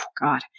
God